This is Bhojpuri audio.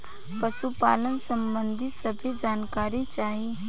पशुपालन सबंधी सभे जानकारी चाही?